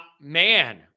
Man